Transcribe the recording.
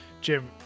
Jim